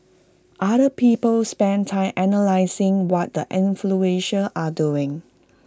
other people spend time analysing what the influential are doing